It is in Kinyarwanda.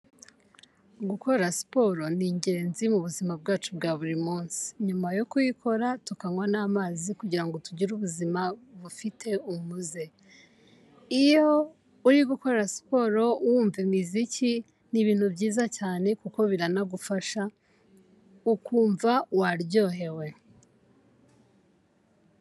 Gukora siporo ni ingenzi mu buzima bwacu bwa buri munsi nyuma yo kuyikora tukanywa n'amazi kugira ngo tugire ubuzima bufite umuze, iyo uri gukora siporo wumva imiziki ni ibintu byiza cyane kuko biranagufasha ukumva waryohewe.